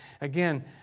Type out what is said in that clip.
Again